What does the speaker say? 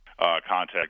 contact